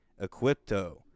Equipto